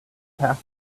through